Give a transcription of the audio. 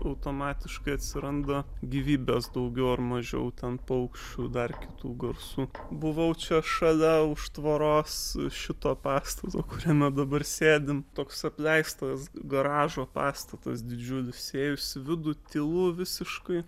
automatiškai atsiranda gyvybės daugiau ar mažiau ten paukščių dar kitų garsų buvau čia šalia už tvoros šito pastato kuriame dabar sėdim toks apleistas garažo pastatas didžiulis įėjus į vidų tylu visiškai